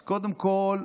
אז, קודם כול,